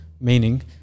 meaning